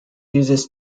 uses